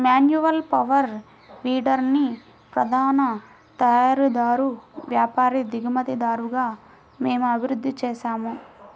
manual power వీడర్ని ప్రధాన తయారీదారు, వ్యాపారి, దిగుమతిదారుగా మేము అభివృద్ధి చేసాము